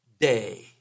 day